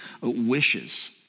wishes